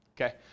Okay